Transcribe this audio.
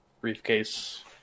Briefcase